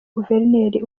guverineri